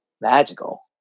magical